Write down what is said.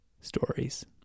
stories